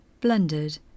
blended